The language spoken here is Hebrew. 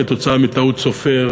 כתוצאה מטעות סופר,